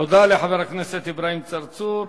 תודה לחבר הכנסת אברהים צרצור.